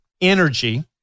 energy